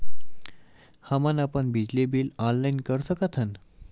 हमन अपन बिजली बिल ऑनलाइन कर सकत हन?